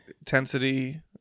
intensity